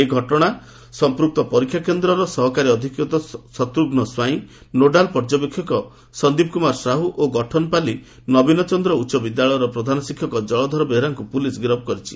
ଏହି ଘଟଣା ସଂପୂକ୍ତ ପରୀକ୍ଷା କେନ୍ଦର ସହକାରୀ ଅଧିକ୍ଷକ ଶତ୍ତଘ୍ନ ସ୍ୱାଇଁ ନୋଡାଲ ପର୍ଯ୍ୟବେକ୍ଷକ ସନ୍ଦୀପ କୁମାର ସାହୁ ଓ ଗଠନପାଲୁ ନବୀନ ଚନ୍ଦ୍ର ଉଚ ବିଦ୍ୟାଳୟର ପ୍ରଧାନଶିଷକ ଜଳଧର ବେହେରାଙ୍କୁ ପୋଲିସ ଗିରଫ କରିଛି